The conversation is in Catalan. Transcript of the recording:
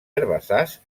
herbassars